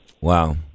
Wow